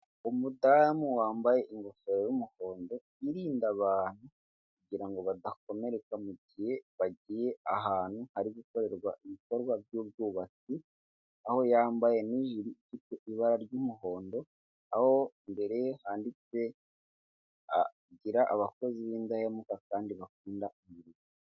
Umudadamu wambaye ingofero y'umuhondo, irinda abantu kugirango badakomereka mugihe bagiye ahantu, hari gukorerwa ibikorwa by'ubwubatsi, aho yambaye n'ijiri ifite ibara ry'umuhondo, aho mbere ye handitse gira abakozi b'indahemuka kandi bakunda umurimo.